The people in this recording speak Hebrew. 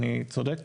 אני צודק?